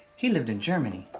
he lived in germany.